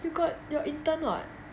you got your intern what